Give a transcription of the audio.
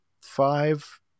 five